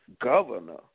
governor